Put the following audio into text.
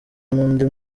n’undi